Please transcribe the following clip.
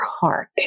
heart